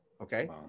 Okay